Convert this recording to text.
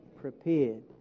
prepared